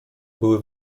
były